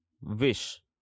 wish